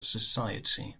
society